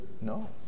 no